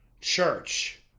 church